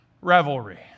revelry